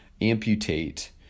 amputate